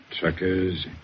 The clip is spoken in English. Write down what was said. Truckers